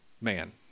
man